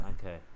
Okay